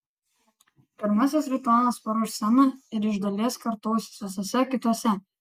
pirmasis ritualas paruoš sceną ir iš dalies kartosis visuose kituose